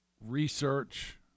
research